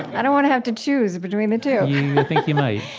i don't want to have to choose between the two i think you might